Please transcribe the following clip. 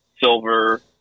Silver